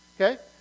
Okay